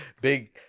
Big